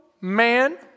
man